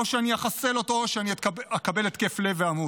או שאני אחסל אותו או שאני אקבל התקף לב ואמות.